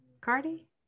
Cardi